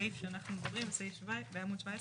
הסעיף שאנחנו מדברים זה סעיף בעמוד 17,